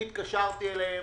אני התקשרתי אליהם